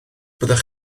byddech